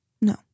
No